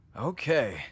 Okay